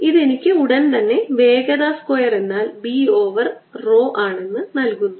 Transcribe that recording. ഇത് എനിക്ക് ഉടൻ തന്നെ വേഗത സ്ക്വയർ എന്നാൽ B ഓവർ rho ആണെന്ന് നൽകുന്നു